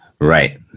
Right